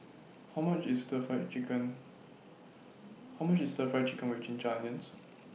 How much IS Stir Fry Chicken How much IS Stir Fry Chicken with Ginger Onions